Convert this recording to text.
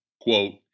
Quote